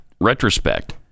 retrospect